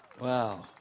Wow